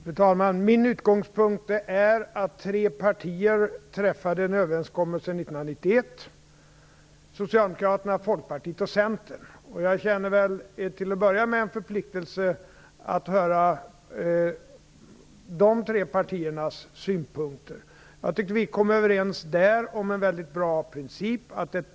Fru talman! Min utgångspunkt är att tre partier träffade en överenskommelse 1991. Det var Socialdemokraterna, Folkpartiet och Centern. Jag känner till att börja med en förpliktelse att höra de tre partiernas synpunkter. Jag tycker att vi kom överens om en väldigt bra princip.